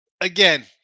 Again